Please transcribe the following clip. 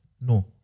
no